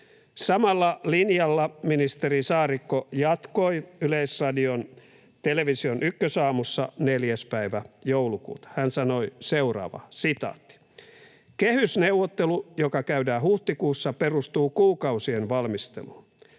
Samalla linjalla ministeri Saarikko jatkoi Yleisradion television Ykkösaamussa 4. päivä joulukuuta. Hän sanoi seuraavaa: ”Kehysneuvottelu, joka käydään huhtikuussa, perustuu kuukausien valmisteluun.”